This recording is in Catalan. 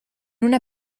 una